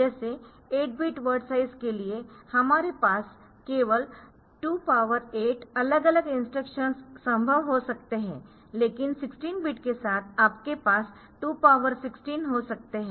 जैसे 8 bit word size के लिए हमारे पास केवल 28 अलग अलग इंस्ट्रक्शंस संभव हो सकते है लेकिन 16 बिट के साथ आपके पास 216 हो सकते है